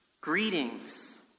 Greetings